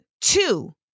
Two